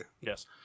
Yes